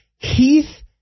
Keith